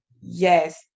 yes